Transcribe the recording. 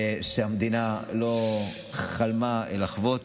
שהמדינה לא חלמה לחוות.